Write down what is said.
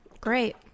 Great